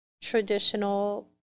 traditional